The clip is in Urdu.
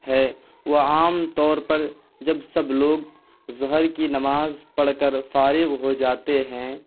ہے وہ عام طور پر جب س لوگ ظہر کی نماز پڑھ کر فارغ ہو جاتے ہیں